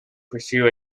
pursue